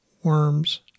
Worms